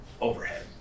overhead